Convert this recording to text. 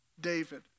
David